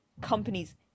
companies